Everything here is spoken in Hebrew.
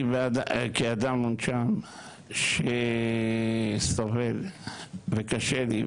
אני כאדם מונשם שסובל וקשה לי,